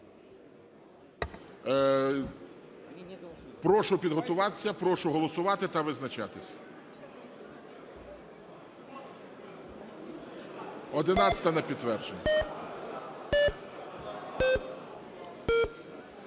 Прошу підготуватися. Прошу голосувати та визначатись. 11-а – на підтвердження.